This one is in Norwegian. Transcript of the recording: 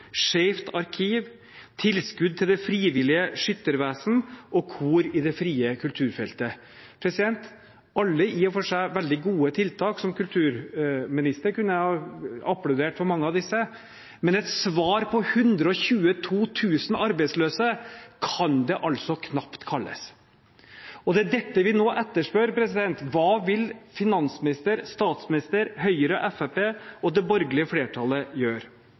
Skeivt arkiv, tilskudd til Det Frivillige Skyttervesen og kor i det frie kulturfeltet: alle disse er i og for seg gode tiltak, og som kulturminister kunne jeg ha applaudert mange av disse, men et svar til 122 000 arbeidsløse kan det knapt kalles. Det er dette vi nå etterspør: Hva vil finansminister, statsminister, Høyre, Fremskrittspartiet og det borgerlige flertallet gjøre?